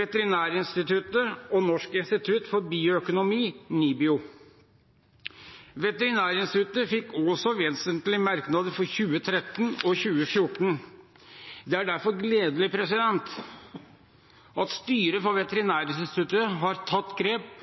Veterinærinstituttet og Norsk institutt for bioøkonomi, NIBIO. Veterinærinstituttet fikk også vesentlige merknader for 2013 og 2014. Det er derfor gledelig at styret for Veterinærinstituttet har tatt grep